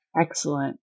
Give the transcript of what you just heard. Excellent